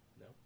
No